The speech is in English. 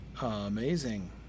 Amazing